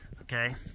okay